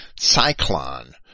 cyclone